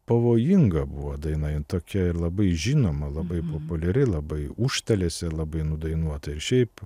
pavojinga buvo daina tokia ir labai žinoma labai populiari labai užstalės labai nudainuota ir šiaip